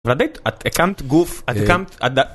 ורדית? את הקמת גוף, את הקמת, את ד...